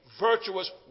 virtuous